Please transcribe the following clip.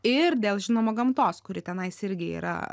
ir dėl žinoma gamtos kuri tenais irgi yra